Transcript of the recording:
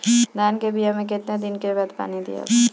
धान के बिया मे कितना दिन के बाद पानी दियाला?